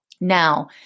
Now